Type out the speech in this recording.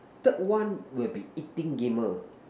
third one will be eating gamer